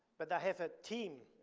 but i have a team.